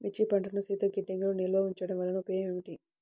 మిర్చి పంటను శీతల గిడ్డంగిలో నిల్వ ఉంచటం వలన ఉపయోగం ఏమిటి?